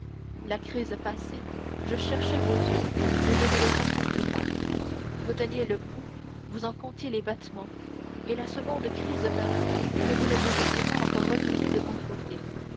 la crise passée je cherchai vos yeux mais je ne les rencontrai pas vous teniez le pouls vous en comptiez les battements et la seconde crise parut que vous ne vous étiez pas encore retourné de mon côté